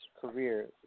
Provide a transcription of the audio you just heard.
career